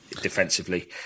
defensively